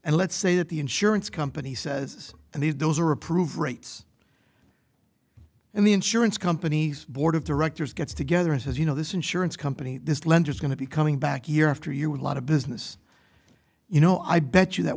and let's say that the insurance company says and the those are approved rates and the insurance company's board of directors gets together and has you know this insurance company this lender is going to be coming back year after year with a lot of business you know i bet you that